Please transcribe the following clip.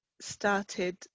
started